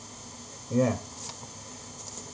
yeah